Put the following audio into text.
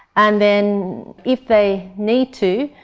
and then if they need to,